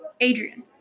Adrian